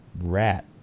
rat